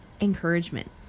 encouragement